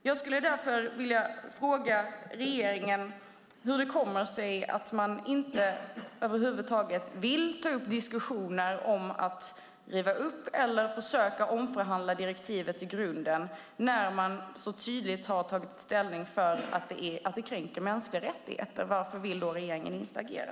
Jag skulle därför vilja fråga regeringen hur det kommer sig att man inte över huvud taget vill ta upp diskussioner om att riva upp eller försöka omförhandla direktivet i grunden, när man så tydligt har tagit ställning för att det kränker mänskliga rättigheter. Varför vill regeringen då inte agera?